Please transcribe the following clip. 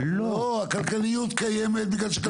לא, הכלכליות קיימת בגלל שהכלכליות קיימת.